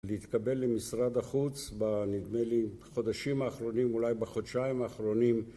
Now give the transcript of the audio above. להתקבל למשרד החוץ בנדמה לי חודשים האחרונים, אולי בחודשיים האחרונים